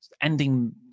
ending